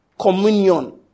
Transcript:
communion